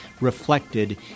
reflected